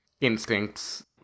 instincts